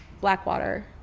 Blackwater